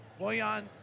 Boyan